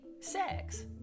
sex